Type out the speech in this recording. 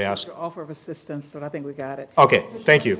ask offer of assistance and i think we got it ok thank you